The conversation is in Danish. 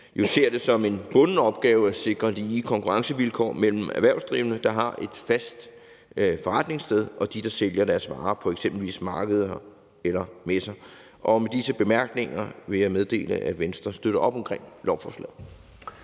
vi ser det som en bunden opgave at sikre lige konkurrencevilkår mellem erhvervsdrivende, der har et fast forretningssted, og dem, der sælger deres varer på eksempelvis markeder eller messer. Med disse bemærkninger vil jeg meddele, at Venstre støtter op omkring lovforslaget.